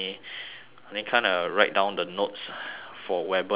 only kind of write down the notes for weber and durkheim